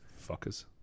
fuckers